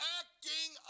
acting